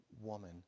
woman